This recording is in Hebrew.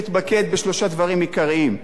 צריך להתמקד בשלושה דברים עיקריים,